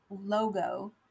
logo